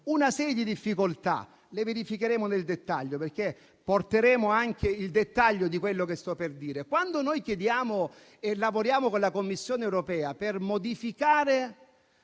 una serie di difficoltà, che verificheremo nel dettaglio, perché porteremo all'esame anche il dettaglio di quello che sto per dire. Quando noi lavoriamo con la Commissione europea per modificare